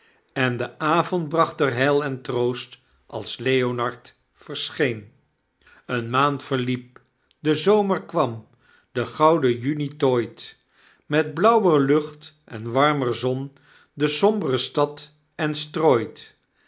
en de avond bracht er heil en troost als leonard verscheen een maand verliep de zomer kwam de gouden juni tooit met blauwer lucht en warmer zon de sombre stad en strooit